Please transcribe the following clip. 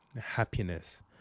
happiness